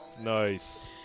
Nice